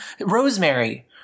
Rosemary